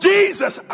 Jesus